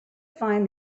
find